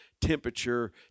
temperature